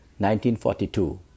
1942